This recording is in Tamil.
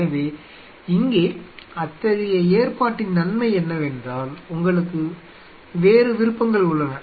எனவே இங்கே அத்தகைய ஏற்பாட்டின் நன்மை என்னவென்றால் உங்களுக்கு வேறு விருப்பங்கள் உள்ளன